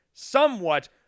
somewhat